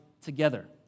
together